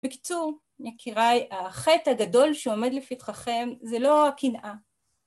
בקיצור, יקיריי, החטא הגדול שעומד לפתחכם זה לא הקנאה.